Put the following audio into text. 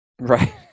Right